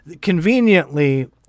conveniently